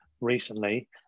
recently